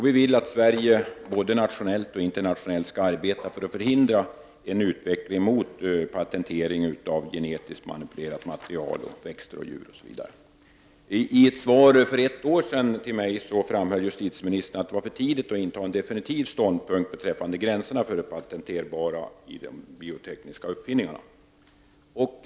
Vi vill att Sverige, både nationellt och internationellt, skall arbeta för att förhindra en utveckling mot patentering av genetiskt manipulerade material, växter och djur OSV. För ett år sedan framhöll justitieministern i ett svar till mig att det var för tidigt att inta en definitiv ståndpunkt beträffande gränserna för det patenterbara i de biotekniska uppfinningarna.